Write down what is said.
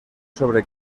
sobre